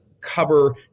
cover